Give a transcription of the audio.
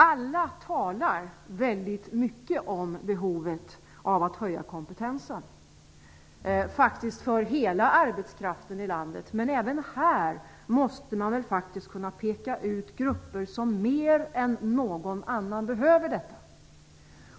Alla talar väldigt mycket om behovet av att höja kompetensen för hela arbetskraften i landet. Men även här måste man kunna peka ut grupper som mer än någon annan behöver detta.